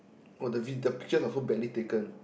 oh the the picture also badly taken